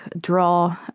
draw